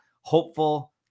hopeful